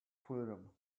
freedom